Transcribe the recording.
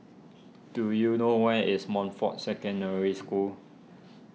do you know where is Montfort Secondary School